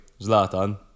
Zlatan